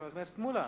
חבר הכנסת שלמה מולה.